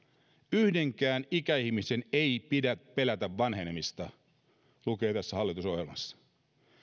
yhdenkään ikäihmisen ei pidä pelätä vanhenemista lukee tässä hallitusohjelmassa